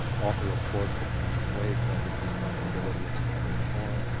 author, of course, of harm's way tragic responsibility and the novel form,